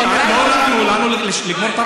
לא נתנו לנו לגמור את הדקה.